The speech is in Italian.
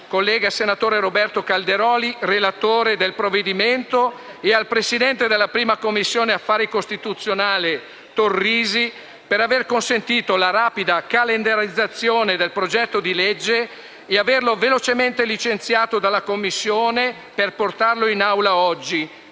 collega senatore Roberto Calderoli, relatore del provvedimento, e al presidente della 1a Commissione affari costituzionali Torrisi, per aver consentito la rapida calendarizzazione del progetto di legge e averlo velocemente licenziato dalla Commissione per portarlo in Aula oggi,